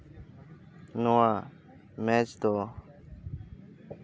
ᱱᱚᱣᱟ ᱢᱮᱪ ᱫᱚ